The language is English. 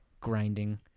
grinding